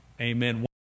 amen